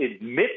admit